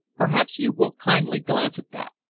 perhaps you will kindly glance at that.